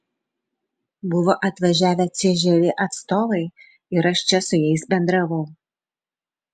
buvo atvažiavę cžv atstovai ir aš čia su jais bendravau